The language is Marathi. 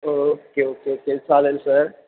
ओके ओके ओके चालेल सर